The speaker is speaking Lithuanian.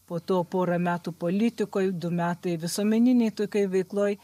po to porą metų politikoj du metai visuomeninėj tokioj veikloj